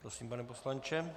Prosím, pane poslanče.